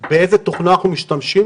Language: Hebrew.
באיזה תוכנה אנחנו משתמשים?